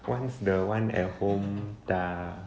once it's the one at home the